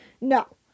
no